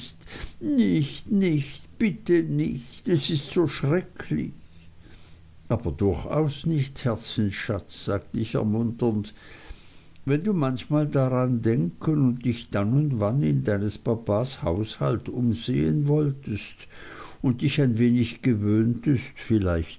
nicht nicht bitte nicht es ist so schrecklich aber durchaus nicht herzensschatz sagte ich ermunternd wenn du manchmal daran denken und dich dann und wann in deines papas haushalt umsehen wolltest und dich ein wenig gewöhntest vielleicht